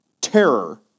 terror